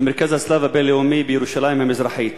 במרכז הצלב הבין-לאומי בירושלים המזרחית,